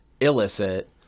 illicit